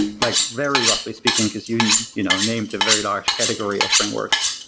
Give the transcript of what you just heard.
like very roughly speaking, because you you know named to very large category of frameworks.